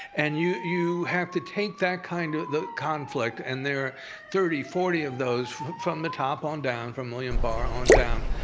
and you you have to take that kind of conflict, and there thirty forty of those from the top on down, from william barr on down,